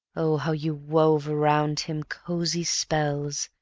oh, how you wove around him cozy spells,